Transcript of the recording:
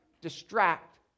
distract